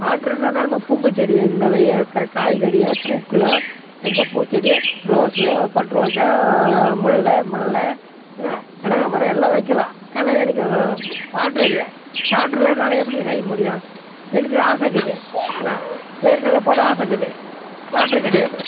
water இருந்தால் தான் நம்ம பூக்கள் செடி இந்த காய்கறியோ பூக்களோ எந்த பூ செடி ரோஸ்ஸு பட்ரோஸ்ஸா முல்லை மல்லி என்ன கனகாம்பரம் எல்லாம் வைக்கலாம் ஆனால் எனக்கு வாட்ரு இல்லை வாட்ரு இல்லாமல் என்னால் எப்படி செய்ய முடியும் எனக்கு ஆசை இருக்குது என்ன வேர்க்கடல போட ஆசை இருக்குது வாட்ரு கிடையாது